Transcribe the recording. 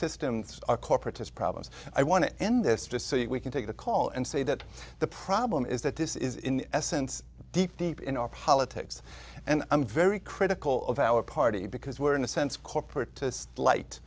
systems are corporatists problems i want to end this just so you can take the call and say that the problem is that this is in essence deep deep in our politics and i'm very critical of our party because we're in a sense corporate